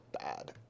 bad